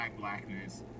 blackness